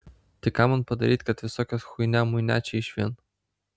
tai ką man padaryt kad visokios chuinia muinia čia išvien